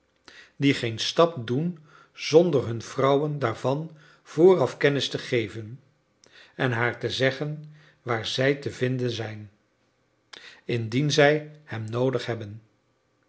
die geen stap doen zonder hun vrouwen daarvan vooraf kennis te geven en haar te zeggen waar zij te vinden zijn indien zij hem noodig hebben